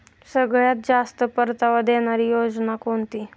सगळ्यात जास्त परतावा देणारी योजना कोणती?